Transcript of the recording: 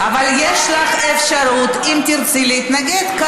אבל יש לך אפשרות, אם תרצי, להתנגד.